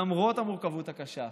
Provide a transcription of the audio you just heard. למרות המורכבות הקשה.